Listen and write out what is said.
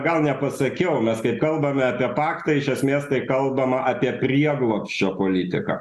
gal nepasakiau mes kai kalbame apie paktą iš esmės tai kalbama apie prieglobsčio politiką